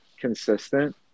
consistent